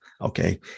Okay